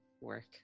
work